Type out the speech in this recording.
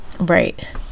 Right